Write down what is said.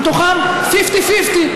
מתוכם פיפטי-פיפטי,